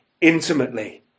intimately